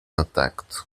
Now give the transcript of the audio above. attacked